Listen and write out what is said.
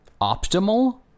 optimal